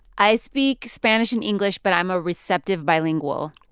i speak spanish and english, but i'm a receptive bilingual,